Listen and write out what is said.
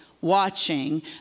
watching